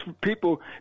people